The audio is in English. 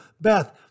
Beth